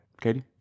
Katie